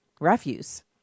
refuse